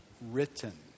written